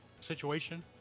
situation